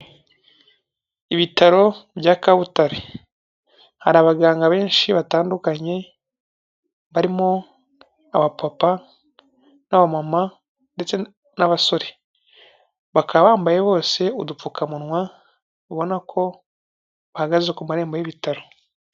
Ibitaro bya Kabutare. Hari abaganga benshi batandukanye, barimo abapapa, n'abamama ndetse n'abasore. Bakaba bambaye bose udupfukamunwa, ubona ko bahagaze ku marembo y'ibitaro.